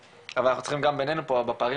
אבל אנחנו צריכים גם בינינו פה בפערים